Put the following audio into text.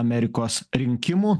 amerikos rinkimų